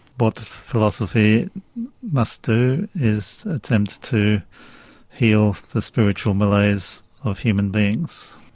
but philosophy must do is attempt to heal the spiritual malaise of human beings,